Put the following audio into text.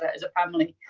as a family.